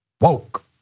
woke